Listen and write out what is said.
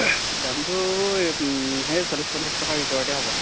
দামটো এই সেই চল্লিছ পঞ্চাছ টকাৰ ভিতৰতে হ'ব